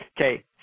Okay